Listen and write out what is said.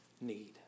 need